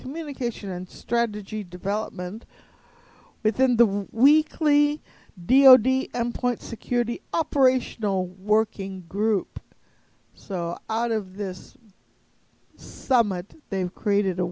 communication and strategy development within the weekly b o d m point security operational working group so out of this summit they've created a